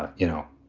ah you know,